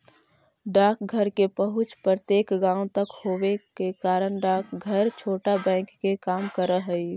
डाकघर के पहुंच प्रत्येक गांव तक होवे के कारण डाकघर छोटा बैंक के काम करऽ हइ